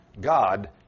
God